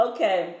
Okay